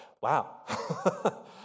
wow